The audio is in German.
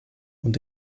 und